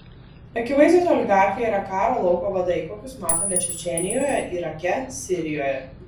akivaizdūs oligarchai yra karo lauko vadai kokius matome čečėnijoje irake sirijoje